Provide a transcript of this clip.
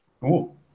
Cool